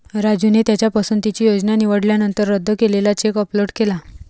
राजूने त्याच्या पसंतीची योजना निवडल्यानंतर रद्द केलेला चेक अपलोड केला